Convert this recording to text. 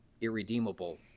irredeemable